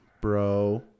bro